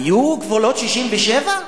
היו גבולות 67'?